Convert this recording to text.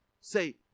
say